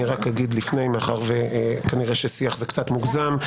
אני רק אגיד לפני, מאחר שכנראה ששיח זה קצת מוגזם.